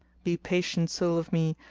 be patient, soul of me!